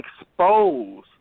expose